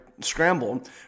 scrambled